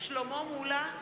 שלמה מולה,